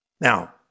Now